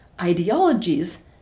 ideologies